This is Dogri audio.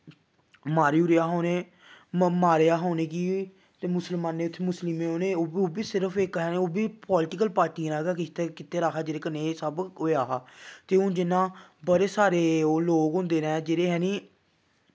मारी उड़ेआ हा उ'नें मारेआ हा उ'नेंगी ते मुस्लमाने उत्थें मुस्लिमें उ'नें ओह् बी सिर्फ इक ओह् बी पालिटिकल पार्टियें आह्लें गै किश कीते दा हा जेह्दे कन्नै एह् सब होएआ हा ते हून जियां बड़े साढ़े ओह् लोग होंदे ना जेह्ड़े जानि